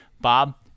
Bob